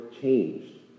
changed